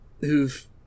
who've